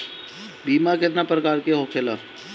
बीमा केतना प्रकार के होखे ला?